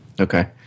Okay